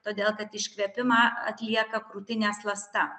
todėl kad iškvėpimą atlieka krūtinės ląsta